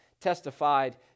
testified